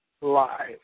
Live